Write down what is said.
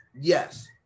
yes